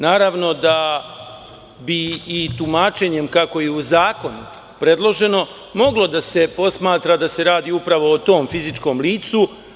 Naravno da bi i tumačenjem kako je u zakonu predloženo, moglo da se posmatra da se radi upravo o tom fizičkom licu.